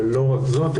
ולא רק זאת,